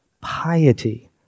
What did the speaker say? Piety